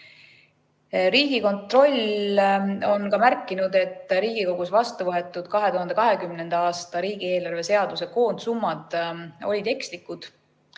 Riigikontroll on märkinud, et Riigikogus vastu võetud 2020. aasta riigieelarve seaduse koondsummad olid ekslikud.